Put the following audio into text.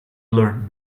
learn